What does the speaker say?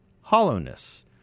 hollowness